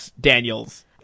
Daniels